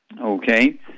Okay